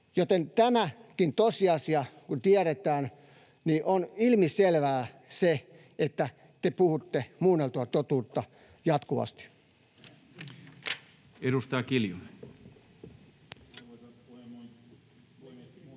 Tämäkin tosiasia kun tiedetään, on ilmiselvää, että te puhutte muunneltua totuutta jatkuvasti. Edustaja Kiljunen.